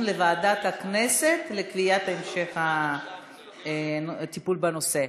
לוועדת הכנסת לקביעת המשך הטיפול בנושא.